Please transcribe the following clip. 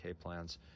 plans